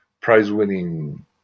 prize-winning